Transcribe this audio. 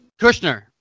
Kushner